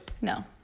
No